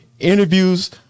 interviews